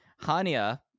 Hania